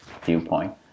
viewpoint